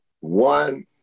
one